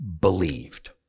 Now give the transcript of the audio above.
believed